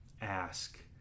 ask